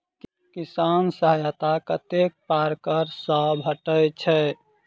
किसान सहायता कतेक पारकर सऽ भेटय छै?